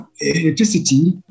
electricity